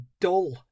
dull